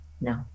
No